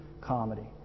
comedy